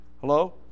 hello